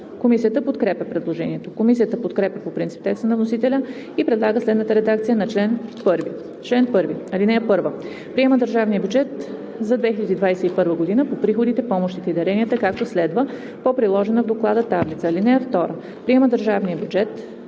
Комисията подкрепя предложението. Комисията подкрепя по принцип текста на вносителя и предлага следната редакция на чл. 1: „Чл. 1. (1) Приема държавния бюджет за 2021 г. по приходите, помощите и даренията, както следва: по приложената в Доклада таблица. (2) Приема държавния бюджет